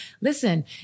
listen